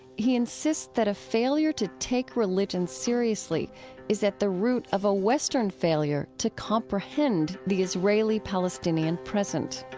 he insists that a failure to take religion seriously is at the root of a western failure to comprehend the israeli-palestinian present